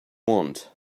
want